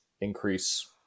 increase